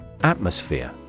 Atmosphere